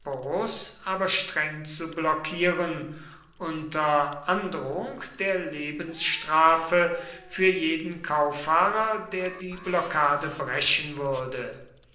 aber streng zu blockieren unter androhung der lebensstrafe für jeden kauffahrer der die blockade brechen würde